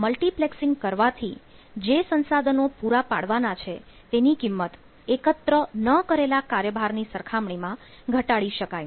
multiplexing કરવાથી જે સંસાધનો પૂરા પાડવાના છે તેની કિંમત એકત્ર ન કરેલા કાર્યભારની સરખામણીમાં ઘટાડી શકાય